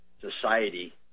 society